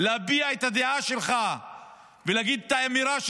להביע בהם את הדעה שלך ולהגיד את האמירה שלך,